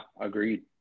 agreed